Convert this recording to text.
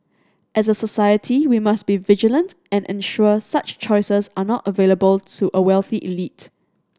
as a society we must be vigilant and ensure such choices are not available to a wealthy elite